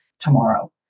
tomorrow